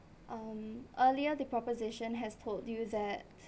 um earlier the proposition has told you that